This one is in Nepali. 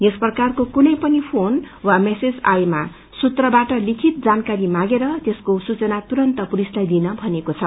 यस प्रकारको कुनै पनि फोन वा मैसेज आएमा सूत्रबाट लिखित जानकारी मागेर त्यको सूचना तुरन्त पुलिसलाई दिन भनिएको छ